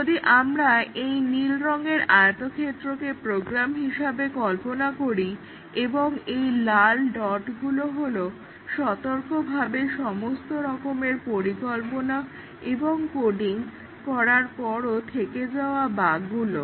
যদি আমরা এই নীল রঙের আয়তক্ষেত্রকে প্রোগ্রাম হিসেবে কল্পনা করি এবং এই লাল ডটগুলো হলো সতর্কভাবে সমস্ত রকমের পরিকল্পনা এবং কোডিং করার পরও থেকে যাওয়া বাগগুলো